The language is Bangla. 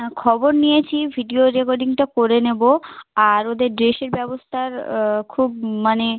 হ্যাঁ খবর নিয়েছি ভিডিও রেকর্ডিংটা করে নেবো আর ওদের ড্রেসের ব্যবস্থার খুব মানে